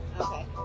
Okay